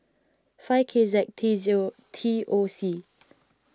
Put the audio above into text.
five K Z T T O C